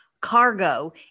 cargo